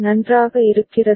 நன்றாக இருக்கிறதா